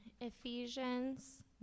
Ephesians